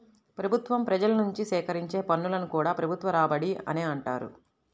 ప్రభుత్వం ప్రజల నుంచి సేకరించే పన్నులను కూడా ప్రభుత్వ రాబడి అనే అంటారు